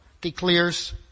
declares